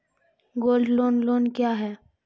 Gold loan loan क्या हैं?